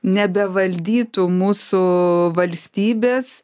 nebevaldytų mūsų valstybės